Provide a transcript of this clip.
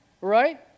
right